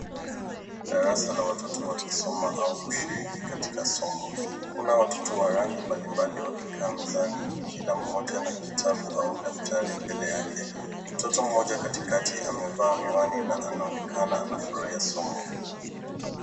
Darasa la watoto wakisoma au kushiriki katika somo. Kuna watoto wa rangi mbalimbali wakikaa mezani kila mmoja na kitabu au daftari mbele yake. Mtoto mmoja katikati amevaa miwani na anaonekana anafurahia somo.